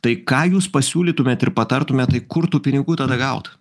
tai ką jūs pasiūlytumėt ir patartumėt tai kur tų pinigų tada gaut